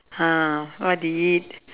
ah what did we eat